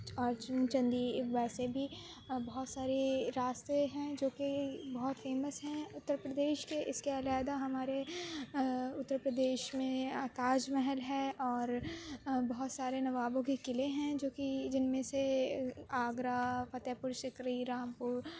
اور چندی ویسے بھی بہت سارے راستے ہیں جو کہ بہت فیمس ہیں اُترپردیش کے اِس کے علیحدہ ہمارے اُترپردیش میں تاج محل ہے اور بہت سارے نوابوں کے قلعے ہیں جو کہ جن میں سے آگرہ فتح پور سیکری رامپور